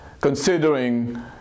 considering